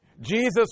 Jesus